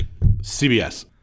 CBS